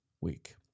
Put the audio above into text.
week